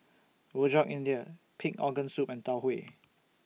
Rojak India Pig Organ Soup and Tau Huay